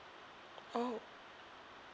oh